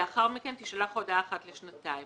לאחר מכן תישלח הודעה אחת לשנתיים.